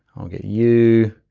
i'll get you,